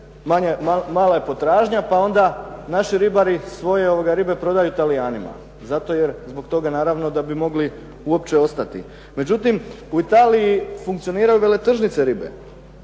Mala je potražnja pa onda naši ribari svoje ribe prodaju Talijanima zato jer zbog toga naravno da bi mogli uopće opstati. Međutim, u Italiji funkcioniraju veletržnice ribe.